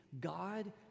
God